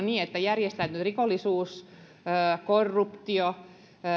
niin että myös järjestäytynyt rikollisuus korruptio